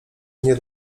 nie